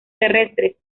terrestres